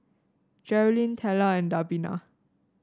Jerrilyn Teela and Davina